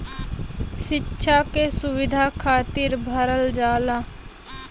सिक्षा के सुविधा खातिर भरल जाला